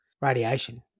radiation